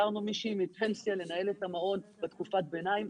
החזרנו מישהי מפנסיה לנהל את המעון בתקופת הביניים.